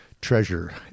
treasure